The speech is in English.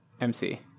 MC